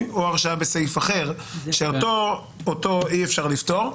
או ההרשעה בסעיף אחר שאותו אי אפשר לפתור,